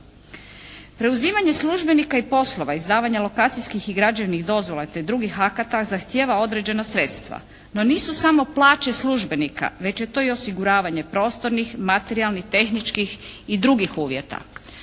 Preuzimanje službenika i poslova izdavanja lokacijskih i građevnih dozvola te drugih akata zahtijeva određena sredstva no nisu samo plaće službenika već je to i osiguravanje prostornih, materijalnih, tehničkih i drugih uvjeta.